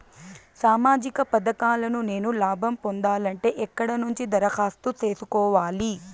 సామాజిక పథకాలను నేను లాభం పొందాలంటే ఎక్కడ నుంచి దరఖాస్తు సేసుకోవాలి?